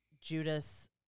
Judas